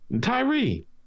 Tyree